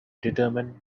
determine